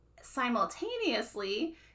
Simultaneously